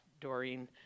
Doreen